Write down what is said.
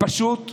פשוט ביזיון.